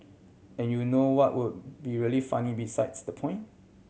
and you know what would be really funny besides the point